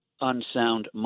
unsound